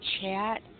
chat